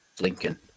Lincoln